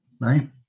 Right